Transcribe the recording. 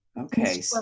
Okay